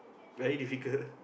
very difficult